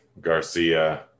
Garcia